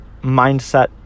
mindset